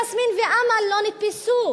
יסמין ואמאל לא נתפסו?